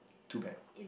too bad